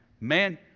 man